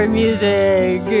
music